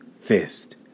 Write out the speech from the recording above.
fist